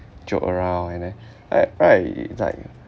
joke around and then right right it's like